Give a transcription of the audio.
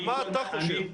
מה אתה חושב?